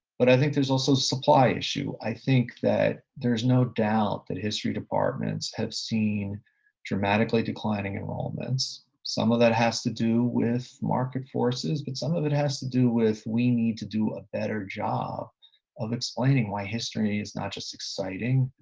but i think there's also a supply issue. i think that there's no doubt that history departments have seen dramatically declining enrollments. some of that has to do with market forces, but some of it has to do with we need to do a better job of explaining why history is not just exciting,